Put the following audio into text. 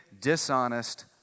dishonest